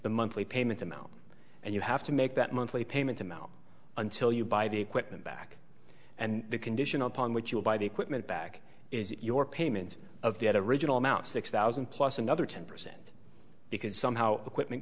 the monthly payment amount and you have to make that monthly payment amount until you buy the equipment back and the conditional upon which you'll buy the equipment back is your payment of the at a regional amount six thousand plus another ten percent because somehow equipment